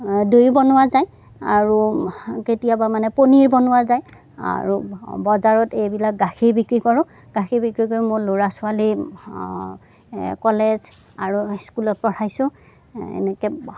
দৈ বনোৱা যায় আৰু কেতিয়াবা মানে পনীৰ বনোৱা যায় আৰু বজাৰত এইবিলাক গাখীৰ বিক্ৰী কৰোঁ গাখীৰ বিক্ৰী কৰি মোৰ ল'ৰা ছোৱালী কলেজ আৰু স্কুলত পঢ়াইছোঁ এনেকে